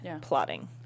plotting